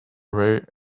away